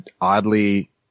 oddly